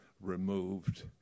removed